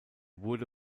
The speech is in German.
wurde